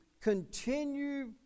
continue